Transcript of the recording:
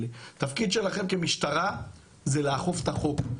התפקיד שלכם כמשטרה זה לאכוף את החוק.